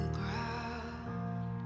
ground